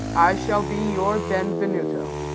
i shall be your ben venuto.